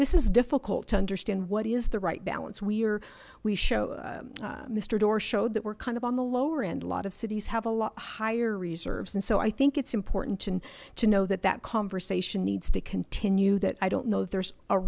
this is difficult to understand what is the right balance we are we show mister doar showed that we're kind of on the lower end a lot of cities have a lot higher reserves and so i think it's important to to know that that conversation needs to continue that i don't know there's a